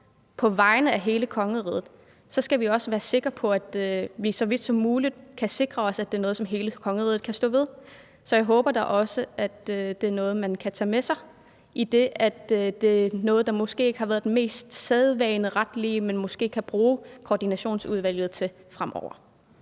på vegne af hele kongeriget, også skal være sikre på, at det så vidt muligt er noget, hele kongeriget kan stå ved. Så jeg håber da også, at det er noget, man kan tage med sig, idet det er noget, der måske ikke har været det mest sædvaneretlige, men som man måske kan bruge koordinationsudvalget til fremover.